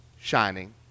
Shining